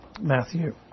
Matthew